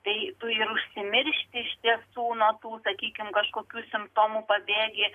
tai tu ir užsimiršti iš tiesų nuo tų sakykim kažkokių simptomų pabėgi